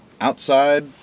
outside